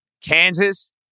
Kansas